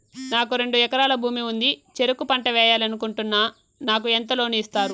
నాకు రెండు ఎకరాల భూమి ఉంది, చెరుకు పంట వేయాలని అనుకుంటున్నా, నాకు ఎంత లోను ఇస్తారు?